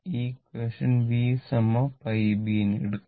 ഈ equation V πbn ഇടുക